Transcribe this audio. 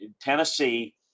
Tennessee